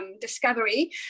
discovery